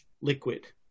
liquid